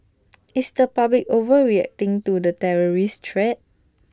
is the public overreacting to the terrorist threat